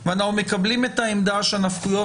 ואנחנו מקבלים את העמדה שאנחנו שהנפקויות